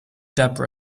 debra